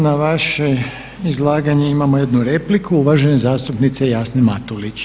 Na vaše izlaganje imamo jednu repliku, uvažene zastupnice Jasne Matulić.